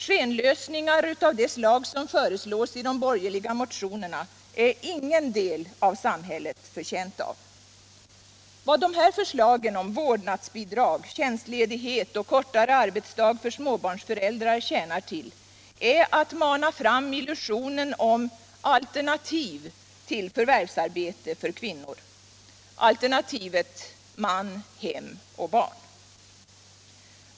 Skenlösningar av det slag som föreslås i de borgerliga motionerna är ingen del av samhället förtjänt av. Vad förslagen om vårdnadsbidrag, tjänstledighet och kortare arbetsdag för småbarnsföräldrar tjänar till är att mana fram illusionen om ”alternativ” till förvärvsarbete för kvinnor, alternativet man, hem och barn.